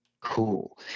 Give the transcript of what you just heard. cool